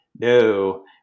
No